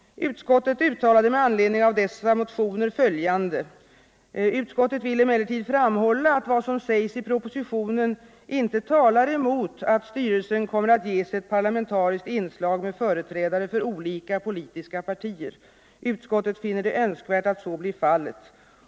Utskottet uttalade med anledning av dessa motioner följande: ”Utskottet vill emellertid framhålla att vad som sägs i propositionen inte talar emot att styrelsen kommer att ges ett parlamentariskt inslag med företrädare för olika politiska partier. Utskottet finner det önskvärt att så blir fallet.